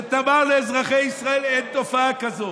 שתאמר לאזרחי ישראל: אין תופעה כזאת,